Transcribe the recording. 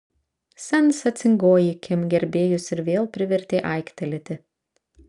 sensacingoji kim gerbėjus ir vėl privertė aiktelėti